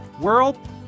world